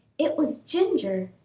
it was ginger!